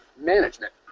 management